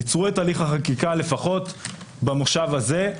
עצרו את הליך החקיקה לפחות במושב הזה.